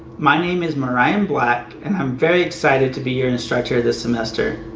my name is morian black and i am very excited to be your instructor this semester!